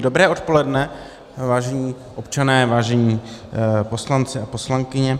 Dobré odpoledne, vážení občané, vážení poslanci a poslankyně.